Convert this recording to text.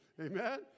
Amen